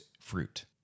fruit